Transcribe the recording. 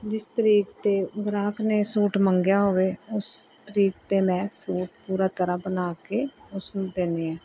ਜਿਸ ਤਰੀਕ 'ਤੇ ਗਾਹਕ ਨੇ ਸੂਟ ਮੰਗਿਆ ਹੋਵੇ ਉਸ ਤਰੀਕ 'ਤੇ ਮੈਂ ਸੂਟ ਪੂਰੀ ਤਰ੍ਹਾਂ ਬਣਾ ਕੇ ਉਸਨੂੰ ਦਿੰਦੀ ਹਾਂ